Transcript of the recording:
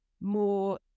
more